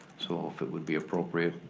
so if it would be appropriate,